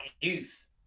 youth